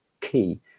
key